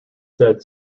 said